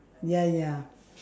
ya ya